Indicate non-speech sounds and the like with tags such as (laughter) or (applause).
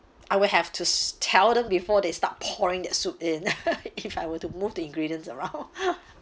I will have to tell them before they start pouring that soup in (laughs) if I were to move the ingredients around (laughs)